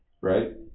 right